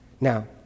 Now